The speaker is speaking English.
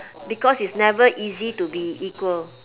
because it's never easy to be equal